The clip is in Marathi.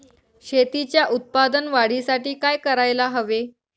शेतीच्या उत्पादन वाढीसाठी काय करायला हवे?